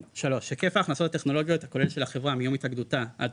היקף ההכנסות הטכנולוגיות הכולל של החברה מיום התאגדותה עד